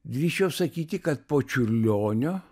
drįsčiau sakyti kad po čiurlionio